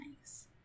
nice